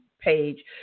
page